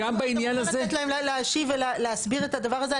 אתה מוכן לתת להם להשיב ולהסביר את הדבר הזה?